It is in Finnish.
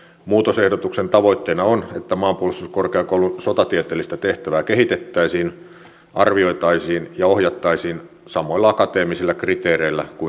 muutosehdotuksen tavoitteena on että maanpuolustuskorkeakoulun sotatieteellistä tehtävää kehitettäisiin arvioitaisiin ja ohjattaisiin samoilla akateemisilla kriteereillä kuin yliopistoja